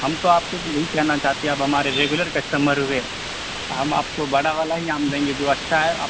ہم تو آپ سے بھی یہی کہنا چاہتے آپ ہمارے ریگولر کسٹمر ہوئے ہم آپ کو بڑا والا ہی آم دیں گے جو اچھا ہے آپ